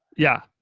yeah,